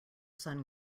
sun